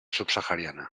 subsahariana